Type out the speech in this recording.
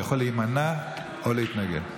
הוא יכול להימנע או להתנגד.